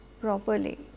properly